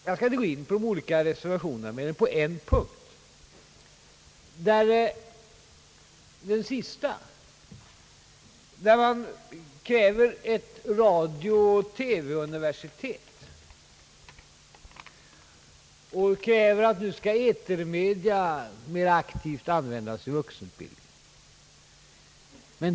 Jag skall inte gå in på de olika reservationerna mer än på en punkt, nämligen den sista där man kräver ett radiooch TV-universitet, dvs. att etermedia mer aktivt skall användas i vuxenutbildningen.